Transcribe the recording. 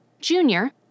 Junior